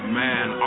man